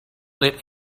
let